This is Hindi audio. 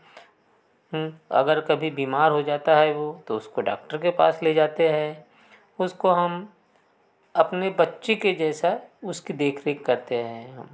अगर कभी बीमार हो जाता है तो उसको डॉक्टर के पास ले जाते हैं उसको हम अपने बच्चों के जैसा उसकी देख रेख करते हैं